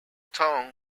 town